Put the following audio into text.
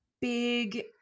big